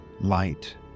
light